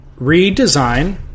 redesign